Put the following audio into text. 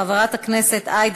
חבר הכנסת עמר בר-לב,